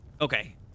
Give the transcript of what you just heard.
okay